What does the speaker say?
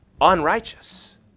unrighteous